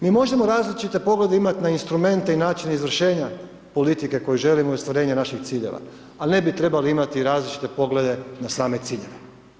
Mi možemo različite poglede imat na instrumente i način izvršenja politike koju želimo i ostvarenje naših ciljeva, ali ne bi trebali imati različite poglede na same ciljeve.